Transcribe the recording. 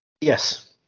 Yes